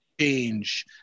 change